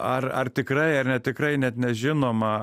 ar ar tikrai ar netikrai net nežinoma